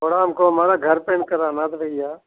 थोड़ा हमको हमारा घर पेंट करना था भैया